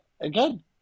again